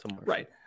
Right